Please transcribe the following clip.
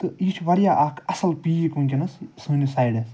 تہٕ یہِ چھُ واریاہ اَکھ اصٕل پیٖک وُنٛکیٚس سٲنِس سایڈَس